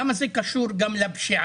למה זה קשור גם לפשיעה?